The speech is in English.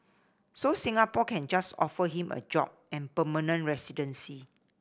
so Singapore can just offer him a job and permanent residency